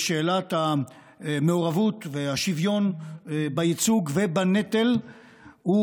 בשאלת המעורבות והשוויון בייצוג ובנטל הוא